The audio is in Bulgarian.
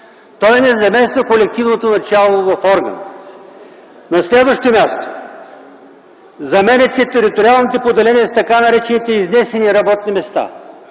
Той не замества колективното начало в органа. На следващо място, заменят се териториалните поделения с така наречените изнесени работни места.